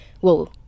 whoa